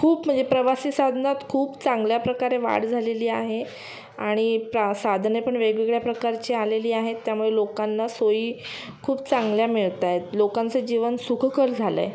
खूप म्हणजे प्रवासी साधनात खूप चांगल्या प्रकारे वाढ झालेली आहे आणि प्रा साधने पण वेगवेगळ्या प्रकारची आलेली आहेत त्यामुळे लोकांना सोयी खूप चांगल्या मिळत आहेत लोकांचं जीवन सुखकर झालं आहे